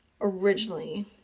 originally